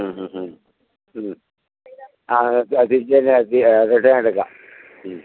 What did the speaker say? മ്മ് മ്മ് മ്മ് മ്മ് ആ തിരിച്ച് ഞാൻ എത്തി റിട്ടേൺ എടുക്കാം